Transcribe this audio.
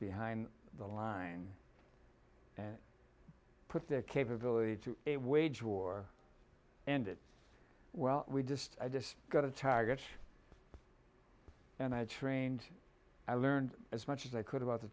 behind the line and put that capability to wage war and it well we just i just got a target and i trained i learned as much as i could about the